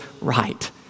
right